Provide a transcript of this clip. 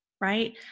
right